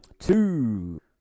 Two